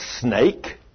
snake